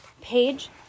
page